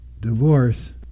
divorce